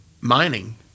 mining